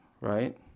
Right